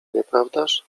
nieprawdaż